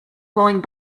going